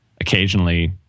occasionally